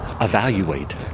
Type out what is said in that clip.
evaluate